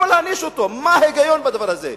מה ההיגיון בדבר הזה?